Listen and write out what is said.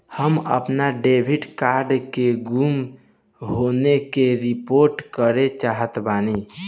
हम अपन debit card के गुम होने की रिपोर्ट करे चाहतानी